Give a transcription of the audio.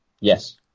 Yes